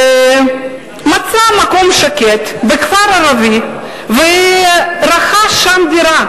מצא מקום שקט בכפר ערבי ורכש שם דירה.